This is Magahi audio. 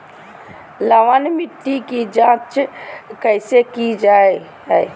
लवन मिट्टी की जच कैसे की जय है?